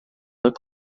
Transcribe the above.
look